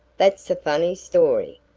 that's a funny story,